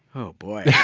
oh boy. yeah